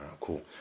cool